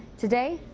today.